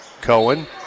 Cohen